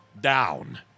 down